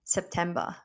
September